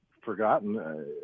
forgotten